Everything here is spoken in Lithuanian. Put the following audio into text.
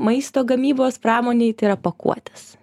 maisto gamybos pramonei tai yra pakuotės